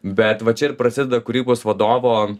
bet va čia ir prasideda kūrybos vadovo